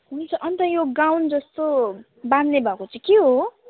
हुन्छ अन्त यो गाउन जस्तो बान्ने भएको चाहिँ के हो